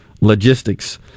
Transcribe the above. logistics